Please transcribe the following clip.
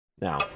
now